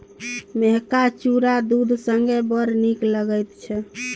मेहका चुरा दूध संगे बड़ नीक लगैत छै